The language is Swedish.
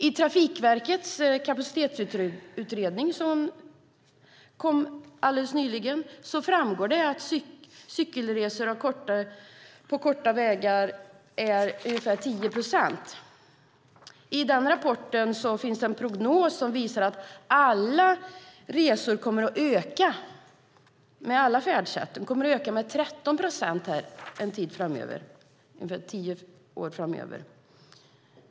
I Trafikverkets kapacitetsutredning som kom nyligen framgår det att kortväga cykelresor utgör ungefär 10 procent. I rapporten finns en prognos som visar att resandet med nästan alla färdsätt kommer att öka med 13 procent de kommande tio åren.